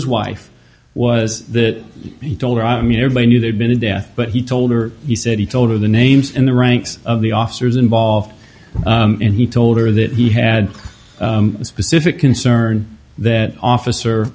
his wife was that he told me everybody knew there'd been a death but he told her he said he told her the names in the ranks of the officers involved and he told her that he had a specific concern that officer